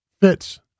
fits